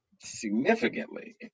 significantly